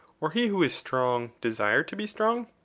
or he who is strong, desire to be strong?